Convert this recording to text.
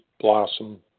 Blossom